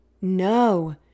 No